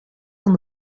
van